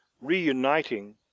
reuniting